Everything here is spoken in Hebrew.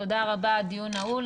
תודה רבה, הדיון נעול.